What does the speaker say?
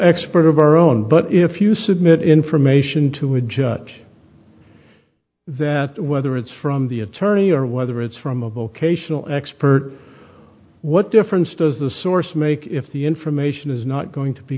expert of our own but if you submit information to a judge that whether it's from the attorney or whether it's from a vocational expert what difference does the source make if the information is not going to be